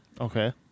Okay